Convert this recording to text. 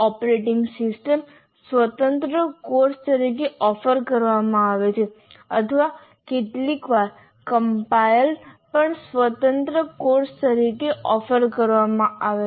operating system સ્વતંત્ર course તરીકે offer કરવામાં આવે છે અથવા કેટલીકવાર કમ્પાઇલર્સ પણ સ્વતંત્ર કોર્સ તરીકે ઓફર કરવામાં આવે છે